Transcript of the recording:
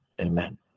amen